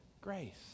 grace